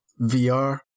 VR